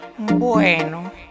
Bueno